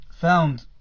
found